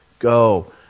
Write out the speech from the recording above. Go